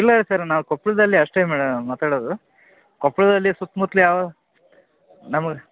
ಹಾಂ ಹಾಂ ಇಲ್ಲ ಸರ್ ನಾವು ಕೊಪ್ಳದಲ್ಲೆ ಅಷ್ಟೇ ಮಾತಾಡೋದು ಕೊಪ್ಳದಲ್ಲಿ ಸುತ್ತ ಮುತ್ಲು ಯಾವು ನಮ್ಗೆ